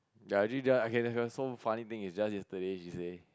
ya actually ya okay okay so funny thing is just yesterday she say